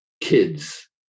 kids